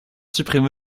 supprime